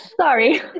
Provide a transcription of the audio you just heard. sorry